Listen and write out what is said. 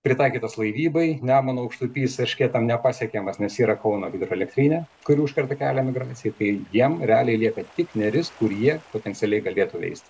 pritaikytas laivybai nemuno aukštupys erškėtam nepasiekiamas nes yra kauno hidroelektrinė kuri užkerta kelią migracijai tai jiem realiai lieka tik neris kur jie potencialiai galėtų veistis